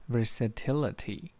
Versatility 。